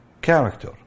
Character